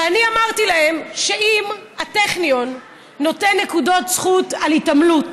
ואני אמרתי להם שאם הטכניון נותן נקודות זכות על התעמלות